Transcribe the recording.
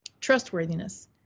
Trustworthiness